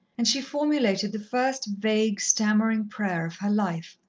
and she formulated the first vague, stammering prayer of her life.